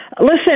Listen